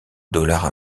dollars